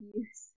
use